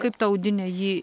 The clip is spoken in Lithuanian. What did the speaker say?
kaip ta audinė jį